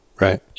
Right